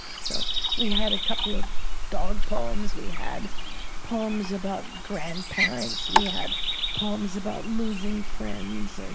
so we had a couple of dog poems. we had poems about grandparents. we had poems about losing friends.